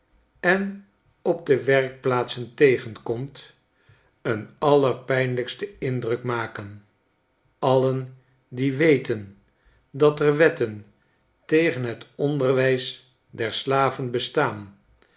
en op de werkplaatsen tegenkomt een allerpijnlijksten indruk maken allen die weten dat er wetten tegen het onderwijs der slaven bestaan